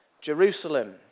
Jerusalem